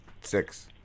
six